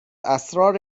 اسرار